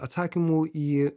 atsakymų į